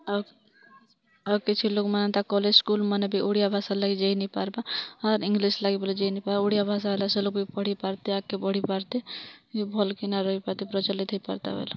ଆଉ ଆଉ କିଛି ଲୋକ୍ମାନେ ହେନ୍ତା କଲେଜ୍ ସ୍କୁଲ୍ମାନେ ବି ଓଡ଼ିଆ ଭାଷା ଲାଗି ଯାଇ ନାଇ ପାର୍ବାର୍ ଇଂଗ୍ଲିଶ୍ ଲାଗି ଯାଇ ନାଇ ପାର୍ବାର୍ ଓଡ଼ିଆ ଭାଷା ସେ ଲୋକ୍ ପଢ଼ି ପାର୍ତେ ଆଗ୍କେ ବଢ଼ି ପାର୍ତେ ଭଲ୍ କିନା ରହି ପାର୍ତେ ପ୍ରଚଳିତ୍ ହେଇ ପାର୍ତା ବେଲେ